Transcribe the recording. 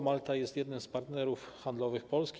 Malta jest jednym z partnerów handlowych Polski.